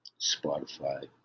Spotify